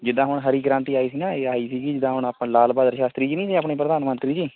ਜਿੱਦਾਂ ਹੁਣ ਹਰੀ ਕ੍ਰਾਂਤੀ ਆਈ ਸੀ ਨਾ ਇਹ ਆਈ ਸੀ ਜੀ ਜਿੱਦਾਂ ਹੁਣ ਆਪਾਂ ਲਾਲ ਬਹਾਦੁਰ ਸ਼ਾਸਤਰੀ ਜੀ ਨਹੀਂ ਸੀ ਆਪਣੇ ਪ੍ਰਧਾਨ ਮੰਤਰੀ ਜੀ